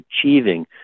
achieving